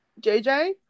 JJ